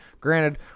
Granted